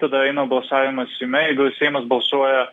tada eina balsavimas seime jeigu seimas balsuoja